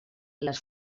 les